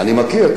השיר הרוסי.